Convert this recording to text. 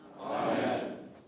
Amen